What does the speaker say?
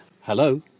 Hello